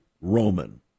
Roman